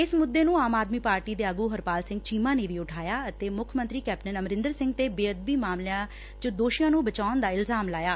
ਇਸ ਮੁੱਦੇ ਨੂੰ ਆਮ ਆਦਮੀ ਪਾਰਟੀ ਦੇ ਆਗੁ ਹਰਪਾਲ ਸਿੰਘ ਚੀਮਾ ਨੇ ਵੀ ਉਠਾਇਆ ਅਤੇ ਮੁੱਖ ਮੰਤਰੀ ਕੈਪਟਨ ਅਮਰਿੰਦਰ ਸਿੰਘ ਨੇ ਬੇਅਦਬੀ ਮਾਮਲਿਆਂ ਚ ਦੋਸ਼ੀਆਂ ਨੇ ਬਚਾਊਣ ਦਾ ਇਲਜ਼ਾਮ ਲਾਇਆ